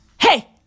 Hey